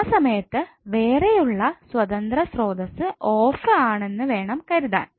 ആ സമയത്ത് വേറെ ഉള്ള സ്വതന്ത്ര സ്രോതസ്സ് ഓഫ് ആണെന്ന് വേണംകരുതാൻ